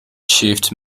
shift